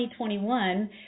2021